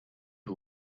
who